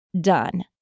done